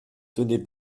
tenez